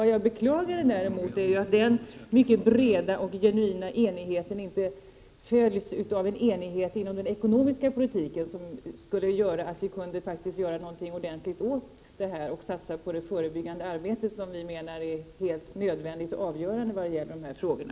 Däremot beklagar jag att den mycket breda och genuina enigheten inte följts av en enighet om den ekonomiska politiken, så att vi kan göra någonting ordentligt åt alkoholproblemen genom att satsa på det förebyggande arbete som enligt vår mening är helt nödvändigt och avgörande när det gäller de här frågorna.